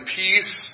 peace